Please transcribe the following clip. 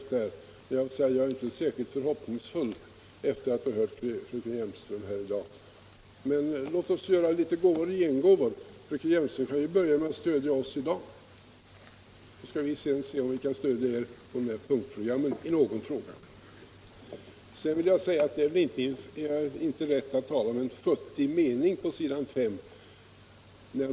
Jag vill dock säga att jag på den punkten inte är särskilt förhoppningsfull. sedan jag hört fröken Hjelmström här i dag. Men låt oss ge gåvor och gengåvor. Fröken Hjelmström kan börja med att stödja oss i dag, så får vi sedan se om vi kan stödja ert punktprogram. Sedan tycker jag inte att det är rätt att tala om en futtig mening på s. 5.